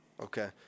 Okay